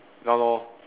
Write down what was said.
ya lor